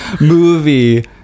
movie